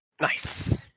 Nice